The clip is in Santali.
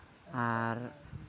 ᱟᱨ